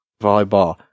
Volleyball